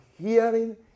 hearing